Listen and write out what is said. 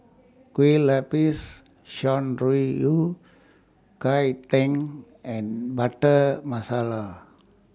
Kuih Lopes Shan Rui Yao Cai Tang and Butter Masala